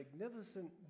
magnificent